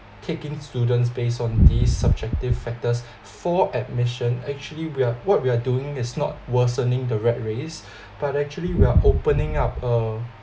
take in students based on these subjective factors for admission actually we are what we are doing is not worsening the rat race but actually we are opening up uh